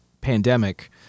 pandemic